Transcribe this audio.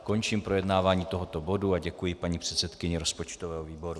Končím projednávání tohoto bodu a děkuji paní předsedkyni rozpočtového výboru.